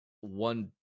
one